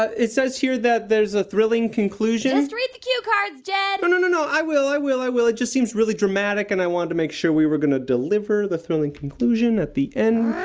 ah it says here that there's a thrilling conclusion just read the cue cards, jed no, no, no. i will. i will. i will. it just seems really dramatic, and i wanted to make sure we were going to deliver the thrilling conclusion at the end.